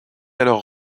alors